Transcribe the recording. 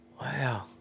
Wow